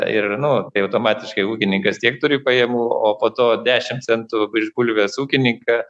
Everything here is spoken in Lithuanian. ir nu tai automatiškai ūkininkas tiek turi pajamų o po to dešimt centų už bulvės ūkininką